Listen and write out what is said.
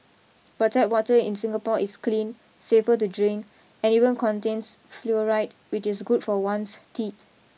but tap water in Singapore is clean safe to drink and even contains fluoride which is good for one's teeth